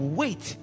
wait